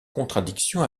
contradiction